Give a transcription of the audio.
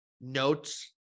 notes